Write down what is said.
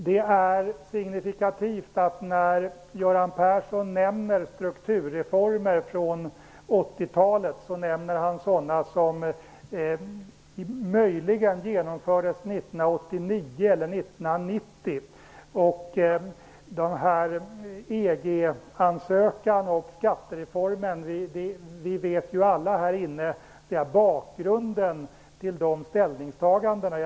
Det är signifikativt att Göran Persson när han skall peka på strukturreformer från 80-talet nämner sådana som genomfördes möjligen 1989 eller 1990. Vi känner alla här inne till bakgrunden till EG ansökningen och skattereformen.